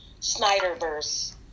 Snyderverse